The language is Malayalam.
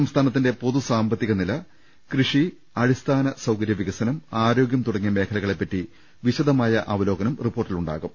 സംസ്ഥാനത്തിന്റെ പൊതു സാമ്പത്തികനില കൃഷി അടിസ്ഥാന സൌകര്യവികസനം ആരോഗൃം തുടങ്ങിയ മേഖലകളെപ്പറ്റി വിശദമായ അവ ലോകനം റിപ്പോർട്ടിൽ ഉണ്ടാകും